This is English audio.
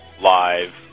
live